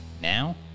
now